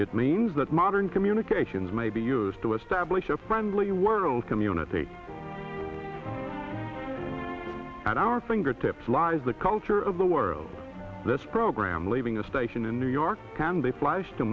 it means that modern communications may be used to establish a friendly world community at our fingertips lies the culture of the world this program leaving a station in new york can be flashed